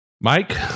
Mike